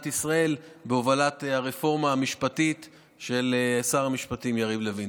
ישראל בהובלת הרפורמה המשפטית של שר המשפטים יריב לוין.